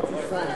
קצר.